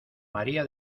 maría